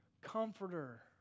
comforter